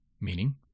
meaning